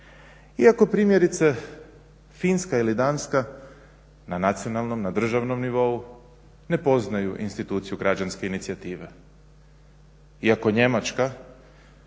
Iako primjerice Finska ili Danska na nacionalnom, na državnom nivou ne poznaju instituciju građanske inicijative. Iako Njemačka